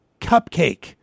Cupcake